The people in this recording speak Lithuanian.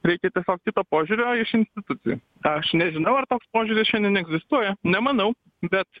reikia tiesiog kito požiūrio iš institucijų aš nežinau ar toks požiūris šiandien egzistuoja nemanau bet